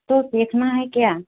तो सीखना है क्या